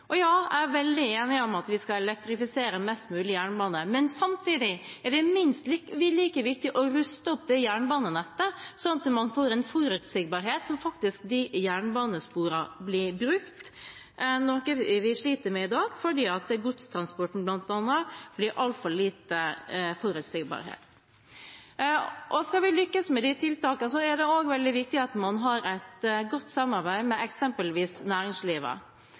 Jeg er veldig enig i at vi skal elektrifisere mest mulig av jernbanen, men samtidig er det minst like viktig å ruste opp jernbanenettet, slik at man får en forutsigbarhet som gjør at jernbanesporene blir brukt, noe vi sliter med i dag fordi godstransporten bl.a. gir altfor liten forutsigbarhet. Skal vi lykkes med disse tiltakene, er det også veldig viktig at man har et godt samarbeid med eksempelvis næringslivet.